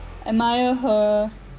admire her